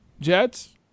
Jets